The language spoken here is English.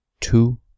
two